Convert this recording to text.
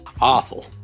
Awful